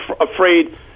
afraid